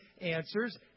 answers